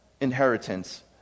inheritance